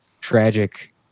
tragic